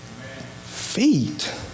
feet